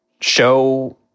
show